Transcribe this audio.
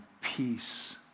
peace